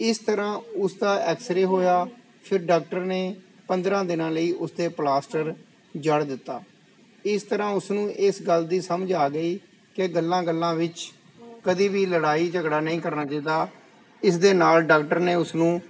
ਇਸ ਤਰ੍ਹਾਂ ਉਸ ਦਾ ਐਕਸਰੇ ਹੋਇਆ ਫਿਰ ਡਾਕਟਰ ਨੇ ਪੰਦਰਾਂ ਦਿਨਾਂ ਲਈ ਉਸ 'ਤੇ ਪਲਾਸਟਰ ਜੜ ਦਿੱਤਾ ਇਸ ਤਰ੍ਹਾਂ ਉਸ ਨੂੰ ਇਸ ਗੱਲ ਦੀ ਸਮਝ ਆ ਗਈ ਕਿ ਗੱਲਾਂ ਗੱਲਾਂ ਵਿੱਚ ਕਦੀ ਵੀ ਲੜਾਈ ਝਗੜਾ ਨਹੀਂ ਕਰਨਾ ਚਾਹੀਦਾ ਇਸ ਦੇ ਨਾਲ ਡਾਕਟਰ ਨੇ ਉਸਨੂੰ